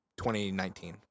2019